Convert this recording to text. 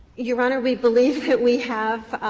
your honor, we believe that we have